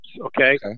Okay